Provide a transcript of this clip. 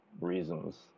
reasons